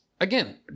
Again